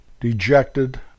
dejected